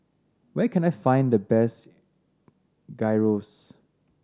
where can I find the best Gyros